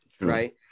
right